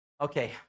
Okay